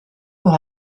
pour